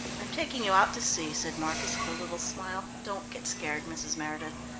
i'm taking you out to sea, said marcus with a little smile. don't get scared, mrs. meredith.